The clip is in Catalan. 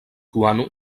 guano